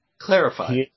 Clarify